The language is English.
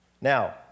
Now